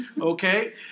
Okay